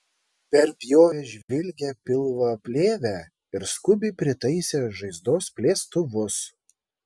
perpjovė žvilgią pilvaplėvę ir skubiai pritaisė žaizdos plėstuvus